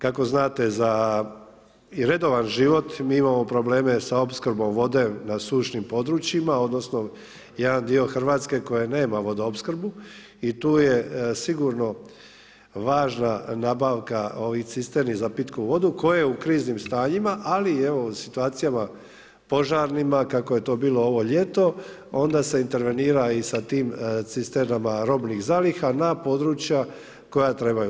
Kako znate i za redovan život mi imamo probleme sa opskrbom vode na sušnim područjima odnosno jedan dio Hrvatske koji nema vodoopskrbu i tu je sigurno važna nabavka ovih cisterni za pitku vodu koje u kriznim stanjima, ali evo i situacijama požarnima kako je to bilo ovo ljeto, onda se intervenira i sa tim cisternama robnih zaliha na područja koja trebaju.